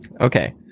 Okay